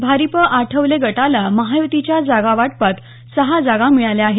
भारिप आठवले गटाला महायुतीच्या जागावाटपात सहा जागा मिळाल्या आहेत